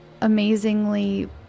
amazingly